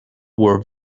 were